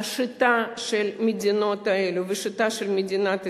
השיטה של המדינות האלה והשיטה של מדינת ישראל,